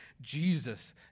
Jesus